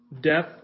Death